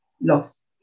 lost